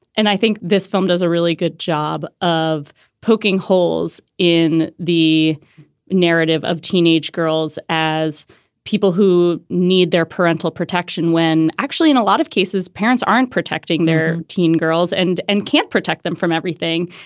and i think this film does a really good job of poking holes in the narrative of teenage girls as people who need their parental protection, when actually in a lot of cases, parents aren't protecting their teen girls and and can't protect them from everything.